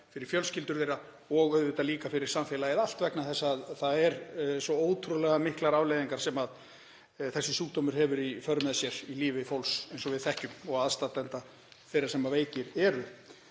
fyrir fjölskyldur þeirra og fyrir samfélagið allt. Það eru svo ótrúlega miklar afleiðingar sem þessi sjúkdómur hefur í för með sér í lífi fólks, eins og við þekkjum, og aðstandenda þeirra sem veikir eru.